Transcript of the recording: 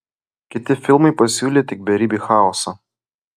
kiti filmai pasiūlė tik beribį chaosą